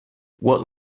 what